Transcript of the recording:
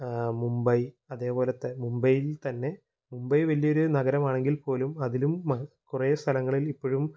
മുംബൈ അതേപോലത്തെ മുംബയില്ത്തന്നെ മുംബൈ വലിയൊരു നഗരമാണെങ്കില്പ്പോലും അതിലും കുറേ സ്ഥലങ്ങളില് ഇപ്പോഴും